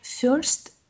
first